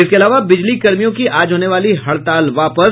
इसके अलावा बिजली कर्मियों की आज होने वाली हड़ताल वापस